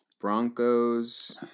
Broncos